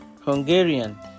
Hungarian